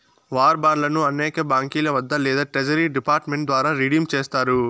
war బాండ్లను అనేక బాంకీల వద్ద లేదా ట్రెజరీ డిపార్ట్ మెంట్ ద్వారా రిడీమ్ చేస్తారు